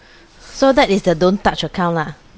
so that is the don't touch account lah